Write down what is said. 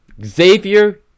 Xavier